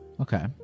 okay